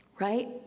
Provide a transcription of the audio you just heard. right